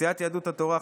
סיעת יהדות התורה,